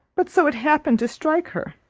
but so it happened to strike her.